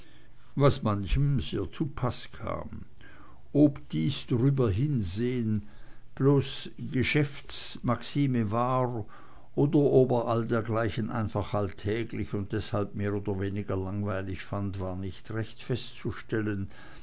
was manchem sehr zupaß kam ob dies drüberhinsehn bloß geschäftsmaxime war oder ob er all dergleichen einfach alltäglich und deshalb mehr oder weniger langweilig fand war nicht recht festzustellen